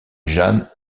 jeanne